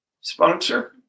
sponsor